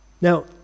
Now